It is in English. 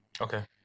Okay